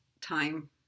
time